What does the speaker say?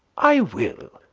i will.